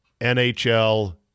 NHL